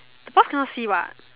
I thought can not see what